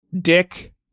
Dick